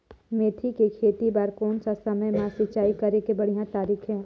मेथी के खेती बार कोन सा समय मां सिंचाई करे के बढ़िया तारीक हे?